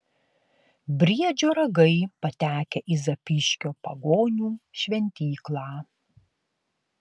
briedžio ragai patekę į zapyškio pagonių šventyklą